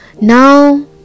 now